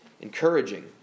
encouraging